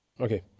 Okay